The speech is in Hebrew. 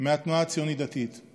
מהתנועה הציונית הדתית,